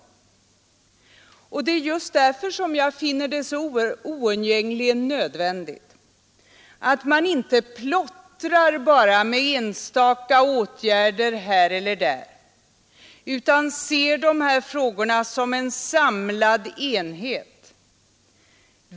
Och det är just därför jag finner det så oundgängligen nödvändigt att man inte bara plottrar med enstaka åtgärder här och där utan ser dessa frågor som en samlad enhet.